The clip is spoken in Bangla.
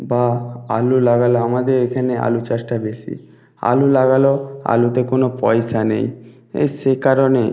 বা আলু লাগালো আমাদের এখানে আলু চাষটা বেশি আলু লাগালো আলুতে কোনো পয়সা নেই এ সে কারণে